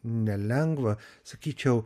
nelengva sakyčiau